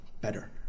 better